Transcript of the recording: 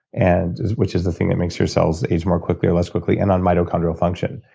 and which is the thing that makes your cells age more quickly or less quickly, and on mitochondrial function.